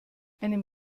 einem